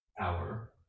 hour